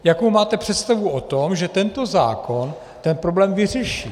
Jakou máte představu o tom, že tento zákon ten problém vyřeší?